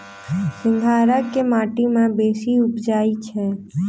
सिंघाड़ा केँ माटि मे बेसी उबजई छै?